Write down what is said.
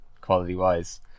quality-wise